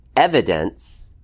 Evidence